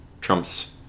Trump's